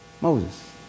Moses